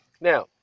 Now